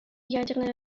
ядерное